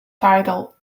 title